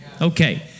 Okay